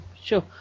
Sure